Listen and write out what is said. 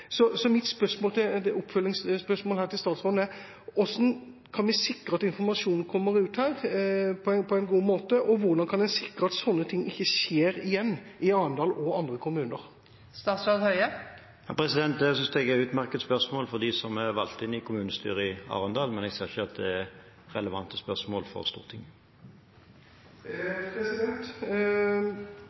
Mitt oppfølgingsspørsmål til statsråden er: Hvordan kan vi sikre at informasjonen her kommer ut på en god måte? Og hvordan kan en sikre at sånne ting ikke skjer igjen i Arendal og andre kommuner? Det synes jeg er et utmerket spørsmål til dem som er valgt inn i kommunestyret i Arendal, men jeg ser ikke at det er relevante spørsmål for Stortinget.